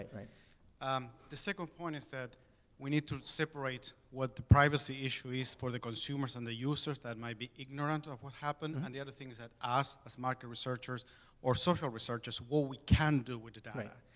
um, the second point is that we need to separate what the privacy issue is for the consumers and the users that might be ignorant of what happened. and the other thing is that us as market researchers or social researchers, what we can do with the data. yeah